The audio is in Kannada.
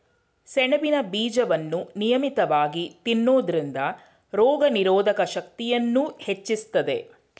ಸೆಣಬಿನ ಬೀಜವನ್ನು ನಿಯಮಿತವಾಗಿ ತಿನ್ನೋದ್ರಿಂದ ರೋಗನಿರೋಧಕ ಶಕ್ತಿಯನ್ನೂ ಹೆಚ್ಚಿಸ್ತದೆ